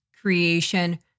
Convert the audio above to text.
creation